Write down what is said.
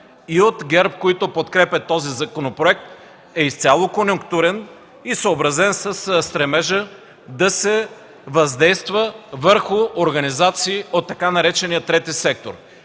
и от ГЕРБ, които подкрепят този законопроект, е изцяло конюнктурен и съобразен със стремежа да се въздейства върху организации от така наречения „трети сектор”.